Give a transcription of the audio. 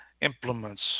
implements